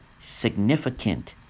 significant